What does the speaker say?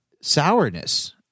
sourness